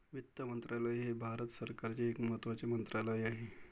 वित्त मंत्रालय हे भारत सरकारचे एक महत्त्वाचे मंत्रालय आहे